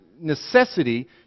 necessity